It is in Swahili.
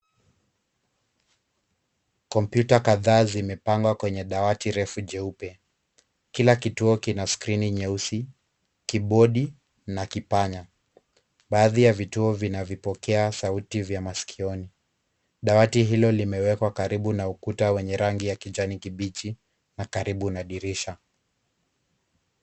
Kompyuta kadhaa zimepangwa kwenye dawati refu jeupe. Kila kituo kina skrini nyeusi, kibodi na kipanya. Baadhi ya vituo vinavipokea sauti vya masikioni. Dawati hilo limewekwa karibu na ukuta wenye rangi ya kijani kibichi na karibu na dirisha.